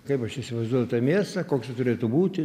kaip aš įsivaizduoju tą miestą koks ji turėtų būti